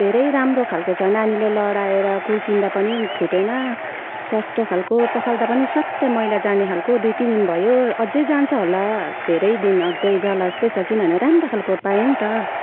धेरै राम्रो खालको छ नानीले लडाएर कुल्चिँदा पनि फुटेन सस्तो खालको पखाल्दा पनि स्वात्तै मैला जाने खालको दुई तिन दिन भयो अझै जान्छ होला धेरै दिन अझै जाला जस्तै छ किनभने राम्रो खालको पाएँ नि त